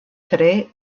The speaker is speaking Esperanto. tre